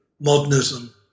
modernism